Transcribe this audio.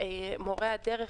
מורי הדרך,